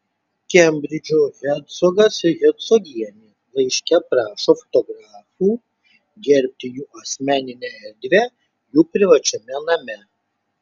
kembridžo hercogas ir hercogienė laiške prašo fotografų gerbti jų asmeninę erdvę jų privačiame name